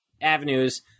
avenues